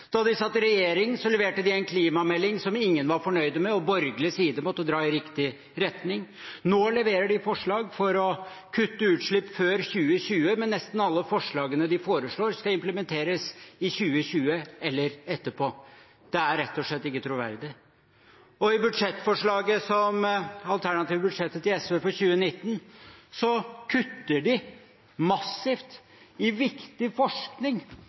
Da de satt i regjering, leverte de en klimamelding som ingen var fornøyd med, og borgerlig side måtte dra i riktig retning. Nå leverer de forslag om å kutte utslipp før 2020, men nesten alle forslagene de foreslår, skal implementeres i 2020, eller etterpå. Det er rett og slett ikke troverdig. I det alternative budsjettet til SV for 2019 kutter de massivt i viktig forskning